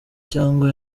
cyangwa